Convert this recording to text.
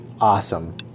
awesome